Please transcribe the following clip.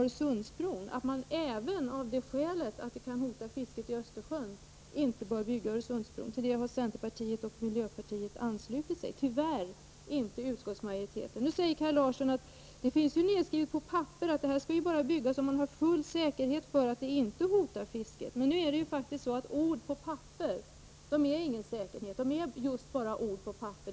Öresundsbron bör inte byggas, bl.a. av det skälet att fisket i Östersjön hotas. Centerpartiet och miljöpartiet har anslutit sig till detta. Tyvärr har inte utskottsmajoriteten anslutit sig. Kaj Larsson hävdar att det finns nedskrivet på papper att bron endast skall byggas om det finns full säkerhet att bron inte hotar fisket. Men ord på papper är ingen säkerhet — de är just bara ord på papper.